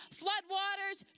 floodwaters